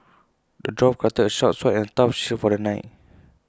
the dwarf crafted A sharp sword and A tough shield for the knight